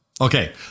Okay